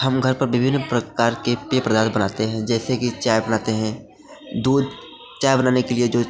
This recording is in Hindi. हम घर पर विभिन्न प्रकार के पेय पदार्थ बनाते हैं जैसे कि चाय बनाते हैं दूध चाय बनाने के लिए जो